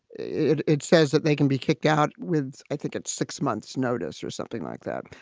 it it says that they can be kicked out with i think it's six months notice or something like that.